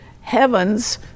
heavens